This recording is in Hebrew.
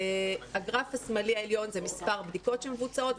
הגרף השמאלי העליון זה מספר בדיקות שמבוצעות,